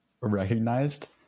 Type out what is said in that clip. recognized